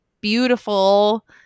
beautiful